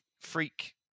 freak